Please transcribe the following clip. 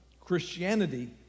christianity